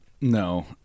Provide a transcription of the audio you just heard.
No